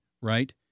right